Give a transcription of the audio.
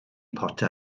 potter